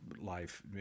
life